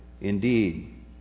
indeed